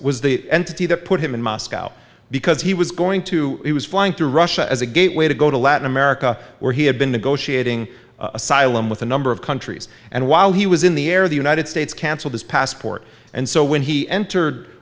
was the entity that put him in moscow because he was going to he was flying to russia as a gateway to go to latin america where he had been negotiating asylum with a number of countries and while he was in the air the united states cancelled his passport and so when he entered